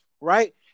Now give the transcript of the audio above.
right